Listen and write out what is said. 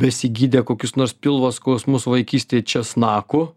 besigydę kokius nors pilvo skausmus vaikystėj česnaku